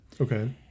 Okay